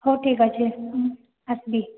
ହଉ ଠିକ ଅଛି ଆସ୍ବି